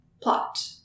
Plot